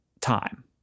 time